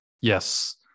yes